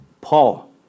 Paul